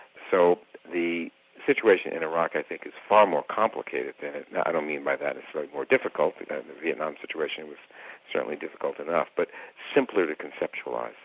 so the situation in iraq i think is far more complicated i don't mean by that it's like more difficult because the vietnam situation was certainly difficult enough but simply to conceptualise.